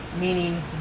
meaning